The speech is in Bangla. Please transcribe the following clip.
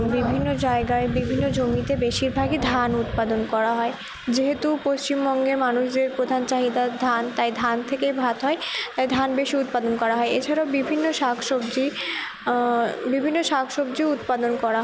বিভিন্ন জায়গায় বিভিন্ন জমিতে বেশিরভাগই ধান উৎপাদন করা হয় যেহেতু পশ্চিমবঙ্গের মানুষদের প্রধান চাহিদা ধান তাই ধান থেকেই ভাত হয় তাই ধান বেশি উৎপাদন করা হয় এছাড়াও বিভিন্ন শাক সবজি বিভিন্ন শাক সবজি উৎপাদন করা হয়